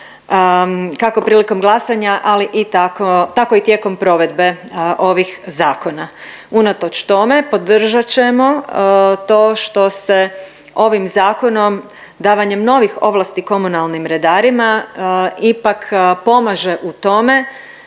kako prilikom glasanja, ali i tako, tako i tijekom provedbe ovih zakona. Unatoč tome podržat ćemo to što se ovim zakonom davanjem novih ovlasti komunalnim redarima ipak pomaže u tome